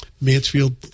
Mansfield